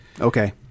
Okay